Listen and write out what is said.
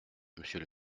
monsieur